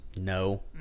No